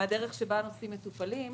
מן הדרך שבה הנושאים מטופלים.